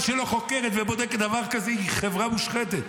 חברה שלא חוקרת ובודקת דבר כזה היא חברה מושחתת.